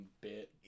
bit